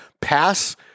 pass